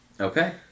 Okay